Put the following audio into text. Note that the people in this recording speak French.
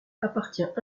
appartient